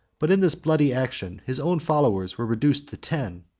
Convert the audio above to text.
but in this bloody action his own followers were reduced to ten,